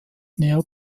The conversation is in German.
näher